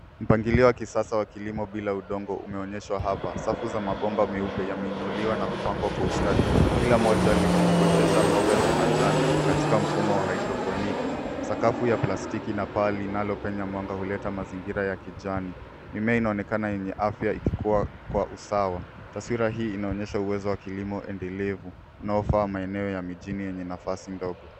Mpangilio wa kisasa wa kilimo bila udongo umeonyeshwa hapa. Safu za mabomba meupe yameinuliwa na kupangwa kwa ustadi. Kila moja likiotesha mboga za majani katika mfumo wa haidroponiki. Sakafu ya plastiki na paa linalopenya mwanga huleta mazingira ya kijani .Mimea inaonekana yenye afya ikikua kwa usawa. Taswira hii inaonyesha uwezo wa kilimo endelevu unaofaa maeneo ya mijini yenye nafasi ndogo.